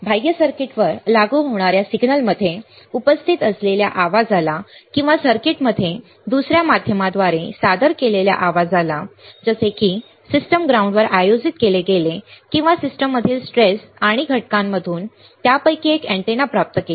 बाह्य म्हणजे सर्किटवर लागू होणाऱ्या सिग्नलमध्ये उपस्थित असलेल्या आवाजाला किंवा सर्किटमध्ये दुस या माध्यमाद्वारे सादर केलेल्या आवाजाला जसे की सिस्टम ग्राउंडवर आयोजित केले गेले किंवा सिस्टममधील ट्रेस आणि घटकांमधून त्यापैकी एक अँटेना प्राप्त केला